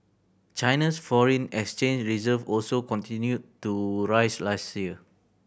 China's foreign exchange reserves also continued to rise last year